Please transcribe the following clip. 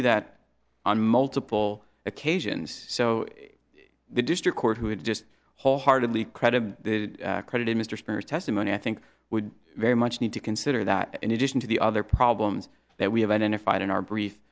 do that on multiple occasions so the district court who had just wholeheartedly credit credited mr spears testimony i think would very much need to consider that in addition to the other problems that we have identified in our brief